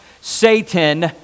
Satan